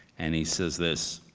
and he says this,